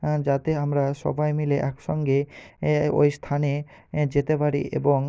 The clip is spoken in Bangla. হ্যাঁ যাতে আমরা সবাই মিলে একসঙ্গে ওই স্থানে যেতে পারি এবং